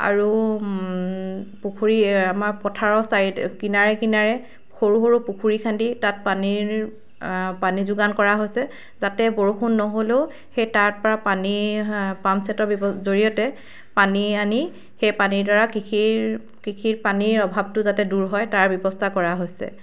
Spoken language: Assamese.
আৰু পুখুৰী আমাৰ পথাৰৰ ছাইড কিনাৰে কিনাৰে সৰু সৰু পুখুৰী খান্দি তাত পানীৰ পানী যোগান কৰা হৈছে যাতে বৰষুণ নহ'লও সেই তাৰ পৰা পানী পাম ছেটৰ ব্যৱস জৰিয়তে পানী আনি সেই পানীৰ দ্বাৰা কৃষিৰ কৃষিত পানীৰ অভাৱটো যাতে দূৰ হয় তাৰ ব্যৱস্থা কৰা হৈছে